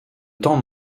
temps